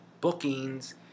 bookings